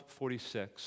46